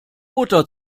butter